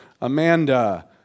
Amanda